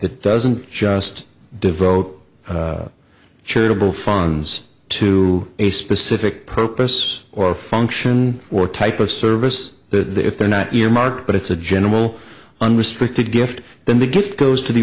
that doesn't just devote charitable funds to a specific purpose or function or type of service the if they're not earmarked but it's a general unrestricted gift then the gift goes to the